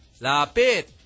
Lapit